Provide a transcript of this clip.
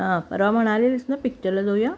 हां परवा म्हणालेलीस ना पिक्चरला जाऊया